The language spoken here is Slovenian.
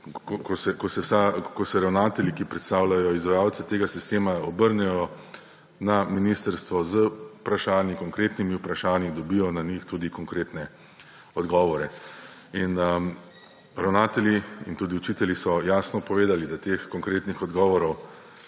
ko se ravnatelji, ki predstavljajo izvajalce tega sistema, obrnejo na ministrstvo z konkretnimi vprašanji, da dobijo na njih tudi konkretne odgovore. In ravnatelji in tudi učitelji so jasno povedali, da teh konkretnih odgovorov